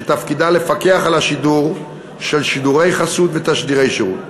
שתפקידה לפקח על השידור של שידורי חסות ותשדירי שירות.